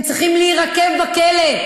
הם צריכים להירקב בכלא.